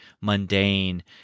mundane